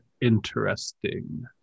interesting